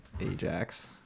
Ajax